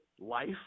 life